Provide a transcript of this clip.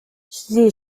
sie